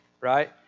right